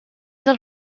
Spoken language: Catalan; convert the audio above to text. del